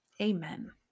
Amen